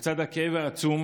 לצד הכאב העצום,